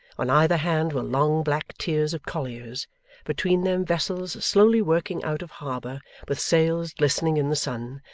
on either hand were long black tiers of colliers between them vessels slowly working out of harbour with sails glistening in the sun,